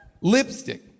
Lipstick